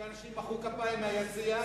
שאנשים מחאו כפיים מהיציע,